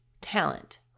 talent